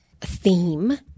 theme